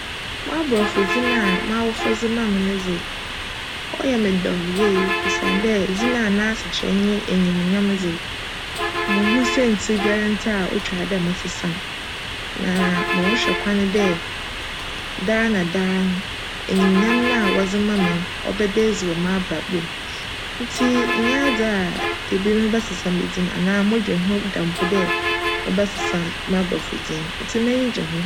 M'aborcfo dzin a m'awofo dze maa me no dze, cyj me djw yie osiandj dzin a n'asekyerj nye enyimnyam dze munnhu siantsir biara a otwar dj mesesa no, na morohwj kwan dj daa na daa no enyimnyam no a wcdze ma me no, cbjda edzi wc m'abrabc mu ntsi nnyj adze a da bi mebjsesa me dzin anaa modwen ho da mpo dj mebjsesa m'aborcfo dzin.